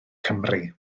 cymru